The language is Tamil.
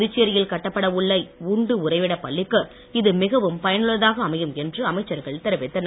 புதுச்சேரியில் கட்டப்பட உள்ள உண்டு உறைவிட பள்ளிக்கு இது மிகவும் பயனுள்ளதாக அமையும் என்று அமைச்சர்கள் தெரிவித்தனர்